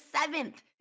seventh